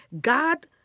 God